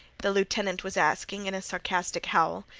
the lieutenant was asking in a sarcastic howl.